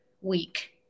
week